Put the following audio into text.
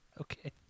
okay